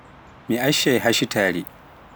Mi ashshai hashitaari